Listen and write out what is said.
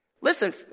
Listen